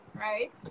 right